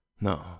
No